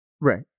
Right